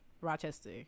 Rochester